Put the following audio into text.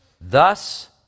Thus